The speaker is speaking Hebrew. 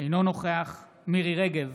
אינו נוכח מירי מרים רגב,